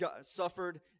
suffered